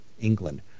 England